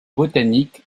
botanique